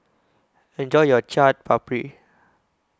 Enjoy your Chaat Papri